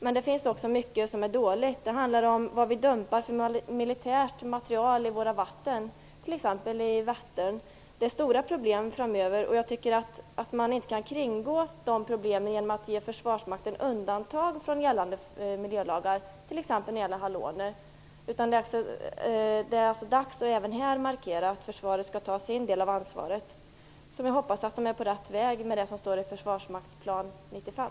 Men det finns också mycket som är dåligt. Det handlar om vad vi dumpar för militärt materiel i våra vatten, t.ex. i Vättern. Det finns stora problem framöver, och jag tycker att man inte kan kringgå de problemen genom att ge försvarsmakten undantag från gällande miljölagar, t.ex. när det gäller haloner. Det är dags att även här markera att försvaret skall ta sin del av ansvaret. Jag hoppas att det är på rätt väg med det som står i Försvarsmaktsplan 95.